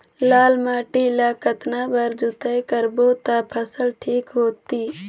लाल माटी ला कतना बार जुताई करबो ता फसल ठीक होती?